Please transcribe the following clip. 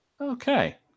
Okay